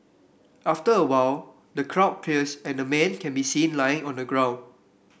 after a while the crowd clears and a man can be seen lying on the ground